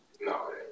No